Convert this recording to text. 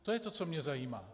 To je to, co mě zajímá.